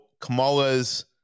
Kamala's